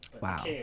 Wow